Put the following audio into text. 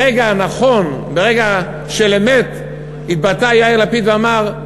ברגע הנכון, ברגע של אמת, התבטא יאיר לפיד ואמר: